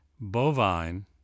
Bovine